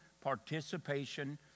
participation